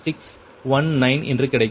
04619 என்று கிடைக்கும்